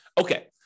Okay